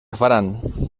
faran